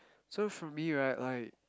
so for me right like